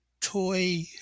toy